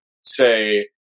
say